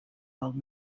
old